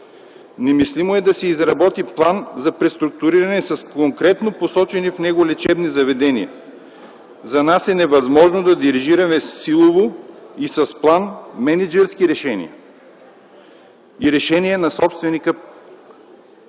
Немислимо е да се изработи план за преструктуриране с конкретно посочени в него лечебни заведения. За нас е невъзможно да дирижираме силово с план мениджърски решения и решения на собственика